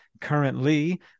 currently